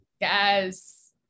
yes